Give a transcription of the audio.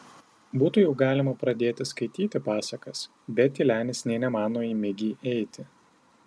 būtų jau galima pradėti skaityti pasakas bet tylenis nė nemano į migį eiti